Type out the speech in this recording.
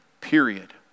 Period